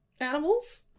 animals